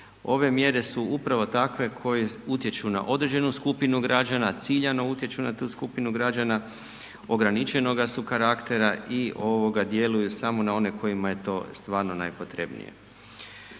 Ove mjere su upravo takve koje utječu na određenu skupinu građana, ciljanu utječu na tu skupinu građana, ograničenoga su karaktera i djeluju samo na one kojima to je stvarno najpotrebnije.